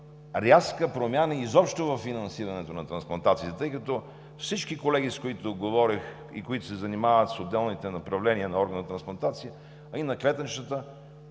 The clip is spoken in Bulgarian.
рязка промяна изобщо във финансирането на трансплантациите, тъй като всички колеги, с които говорих и които се занимават с отделните направления на органна трансплантация, а и на клетъчната,